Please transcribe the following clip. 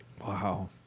Wow